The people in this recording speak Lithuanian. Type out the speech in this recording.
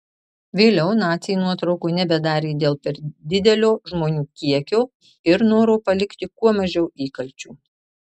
vėliau naciai nuotraukų nebedarė dėl per didelio žmonių kiekio ir noro palikti kuo mažiau įkalčių